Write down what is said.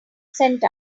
sent